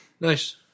Nice